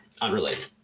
unrelated